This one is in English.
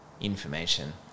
information